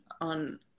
on